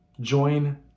Join